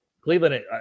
Cleveland